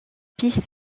pistes